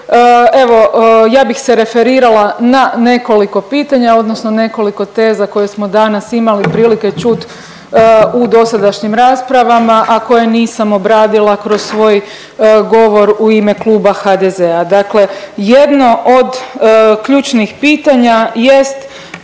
evo ja bih se referirala na nekoliko pitanja odnosno nekoliko teza koje smo danas imali prilike čut u dosadašnjim raspravama, a koje nisam obradila kroz svoj govor u ime Kluba HDZ-a. Dakle jedno od ključnih pitanja jest